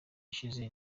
ishize